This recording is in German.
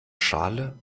schale